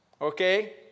Okay